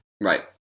Right